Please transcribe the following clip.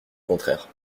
contraire